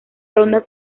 ronda